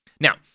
Now